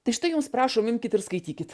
tai štai jums prašom imkit ir skaitykit